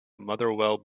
motherwell